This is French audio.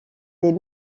des